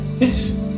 yes